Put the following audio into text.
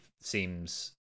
seems